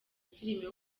filime